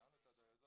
שאלנו את הדיילות,